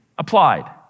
applied